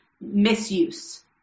misuse